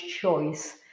choice